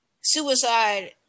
suicide